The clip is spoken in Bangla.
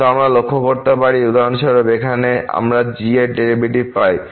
কিন্তু আমরা লক্ষ্য করতে পারি উদাহরণস্বরূপ এখানে আমরা g এর ডেরিভেটিভ পাই